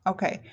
Okay